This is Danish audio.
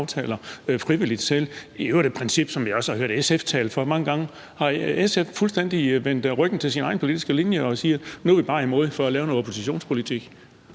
frivilligt. Det er i øvrigt et princip, som jeg også har hørt SF tale for mange gange. Har SF fuldstændig vendt ryggen til sin egen politiske linje, og siger SF, at nu er man bare imod for at lave noget oppositionspolitik?